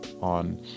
on